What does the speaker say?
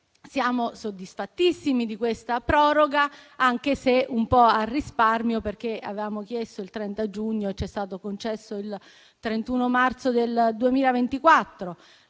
Siamo soddisfattissimi di questa proroga, anche se un po' al risparmio: avevamo infatti chiesto il 30 giugno, ma ci è stato concesso il 31 marzo 2024.